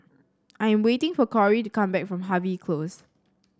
I'm waiting for Kory to come back from Harvey Close